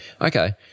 Okay